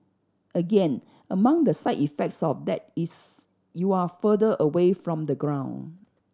again among the side effects of that is you're further away from the ground